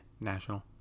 National